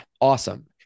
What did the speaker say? awesome